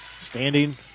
standing